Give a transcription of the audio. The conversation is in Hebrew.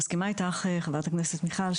חברת הכנסת מיכל,